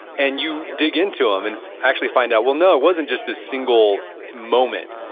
and you dig into them and actually find out, well, no, it wasn't just this single moment.